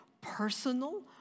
personal